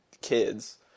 kids